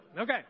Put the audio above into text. Okay